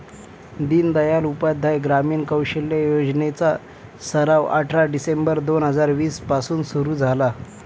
दीनदयाल उपाध्याय ग्रामीण कौशल्य योजने चा सराव अठरा डिसेंबर दोन हजार वीस पासून सुरू झाला